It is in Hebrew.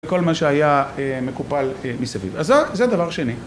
כל מה שהיה מכופל מסביב. אז זה דבר השני.